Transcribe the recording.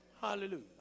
Hallelujah